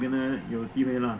so 你跟她有机会啦